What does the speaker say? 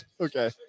Okay